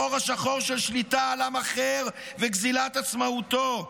החור השחור של שליטה על עם אחר וגזילת עצמאותו,